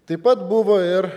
taip pat buvo ir